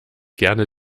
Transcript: gerne